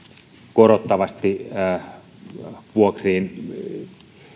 korottavasti vuokriin